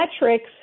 metrics